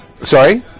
Sorry